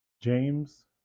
James